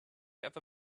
ever